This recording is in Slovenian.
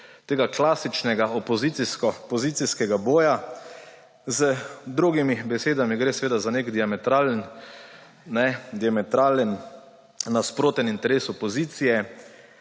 tega klasičnega opozicijsko-pozicijskega boja, z drugimi besedami, gre seveda za nek diametralen, nasproten interes opozicije,